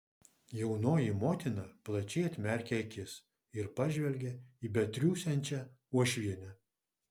jaunoji motina plačiai atmerkė akis ir pažvelgė į betriūsiančią uošvienę